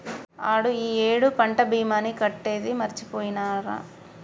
ఆడు ఈ ఏడు పంట భీమాని కట్టేది మరిచిపోయినారా